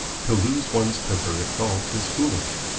to lose one's temper at golf is foolish.